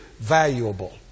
valuable